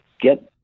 get